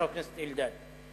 חבר הכנסת אלדד,